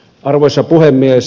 arvoisa puhemies